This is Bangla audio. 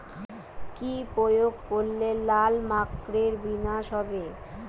কি প্রয়োগ করলে লাল মাকড়ের বিনাশ হবে?